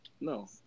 No